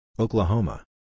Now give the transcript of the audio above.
Oklahoma